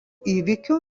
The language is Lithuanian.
įvykių